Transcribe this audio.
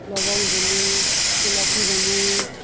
ଲବଙ୍ଗ ଦେମୁଁ ଇଲାଚି ଦେମୁଁ